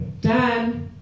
Dad